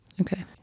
Okay